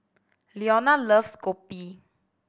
Leona loves kopi